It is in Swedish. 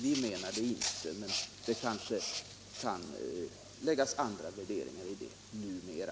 Vi menar det inte, men det kanske läggs andra värderingar på det numera.